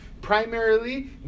primarily